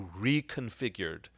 reconfigured